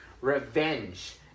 revenge